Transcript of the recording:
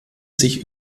sich